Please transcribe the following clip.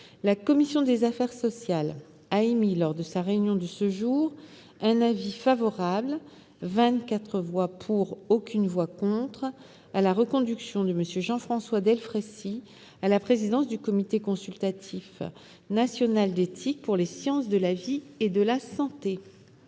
la commission des affaires sociales a émis, lors de sa réunion de ce jour, un avis favorable- 24 voix pour, aucune voix contre -à la reconduction de M. Jean-François Delfraissy à la présidence du Comité consultatif national d'éthique pour les sciences de la vie et de la santé.